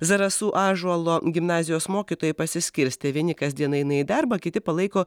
zarasų ąžuolo gimnazijos mokytojai pasiskirstė vieni kasdien eina į darbą kiti palaiko